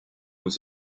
was